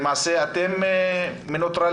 למעשה אתם מנוטרלים,